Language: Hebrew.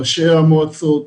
ראשי המועצות,